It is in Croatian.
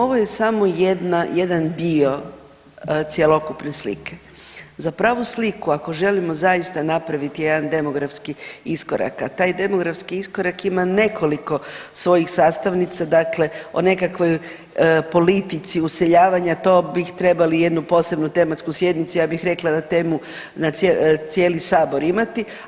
Ovo je samo jedna, jedan dio cjelokupne slike, za pravu sliku ako želimo zaista napravit jedan demografski iskorak, a taj demografski iskorak ima nekoliko svojih sastavnica, dakle o nekakvoj politici useljavanja, to bi trebali jednu posebnu tematsku sjednicu, ja bih rekla na temu cijeli sabor imati.